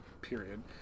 period